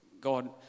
God